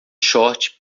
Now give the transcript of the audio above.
short